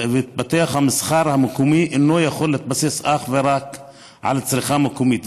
המסחר המקומי אינו יכול להתבסס אך ורק על צריכה מקומית,